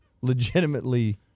legitimately